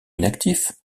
inactif